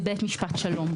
בבית משפט שלום.